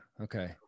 Okay